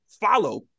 follow